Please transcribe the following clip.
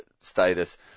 status